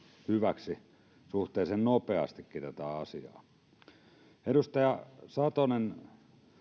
hyväksi suhteellisen nopeastikin tätä asiaa edustaja satonen